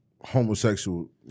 homosexual